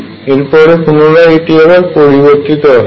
এবং এটি এরপরে পুনরায় পরিবর্তিত হয়